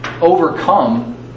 overcome